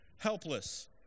helpless